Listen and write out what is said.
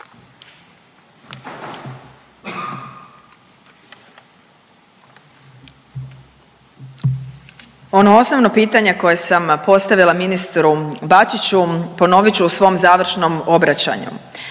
Ono osobno pitanje koje sam postavila ministru Bačiću ponovit ću u svom završnom obraćanju.